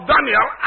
Daniel